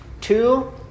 two